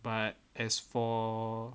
but as for